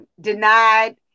Denied